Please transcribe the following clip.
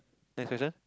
next question